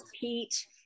Pete